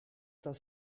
das